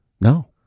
No